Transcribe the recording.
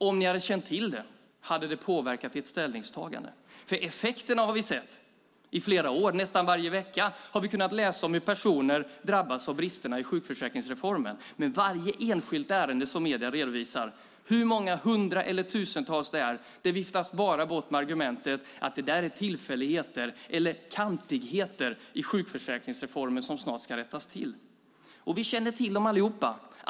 Om ni hade känt till dem, hade det påverkat ert ställningstagande? Effekterna har vi ju sett under flera år. Nästan varje vecka har vi kunnat läsa om hur personer drabbas av bristerna i sjukförsäkringsreformen, men hur många hundratal eller tusental som döljs bakom varje enskilt fall som medierna redovisar viftas bara bort med argument som att det handlar om tillfälligheter eller kantigheter i sjukförsäkringsreformen som snart ska rättas till. Vi känner till dem allihop.